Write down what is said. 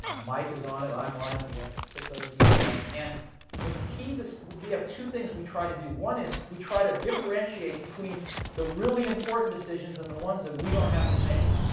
mike is on it. i'm on it. we have six other people on it. and the key we have two things we try to do. one is, we try to differentiate between the really important decisions and the ones that we don't have to make.